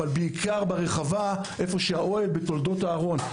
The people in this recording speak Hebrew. אבל בעיקר ברחבה היכן שהאוהל בתולדות אהרון.